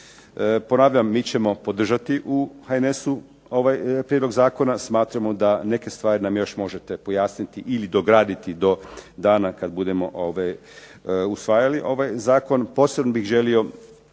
Ponavljam mi ćemo podržati u HNS-u ovaj prijedlog zakona, smatramo da neke stvari nam još možete pojasniti ili dograditi do dana kad budemo usvajali ovaj zakon.